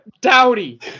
Dowdy